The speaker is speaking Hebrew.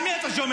על מי אתה שומר?